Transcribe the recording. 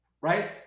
right